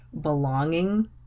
belonging